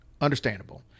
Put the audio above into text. Understandable